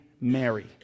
Mary